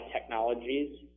technologies